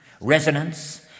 Resonance